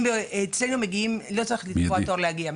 אצלנו לא צריך לקבוע תור כדי להגיע.